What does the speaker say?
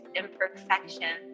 imperfection